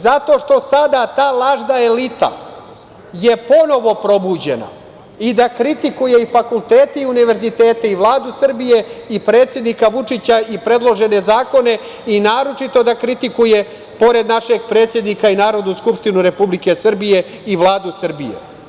Zato što sada ta lažna elita je ponovo probuđena i da kritikuje i fakultete, i univerzitete, i Vladu Srbije, i predsednika Vučića, i predložene zakone, a naročito da kritikuje, pored našeg predsednika i Narodnu skupštinu Republike Srbije i Vladu Srbije.